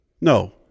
no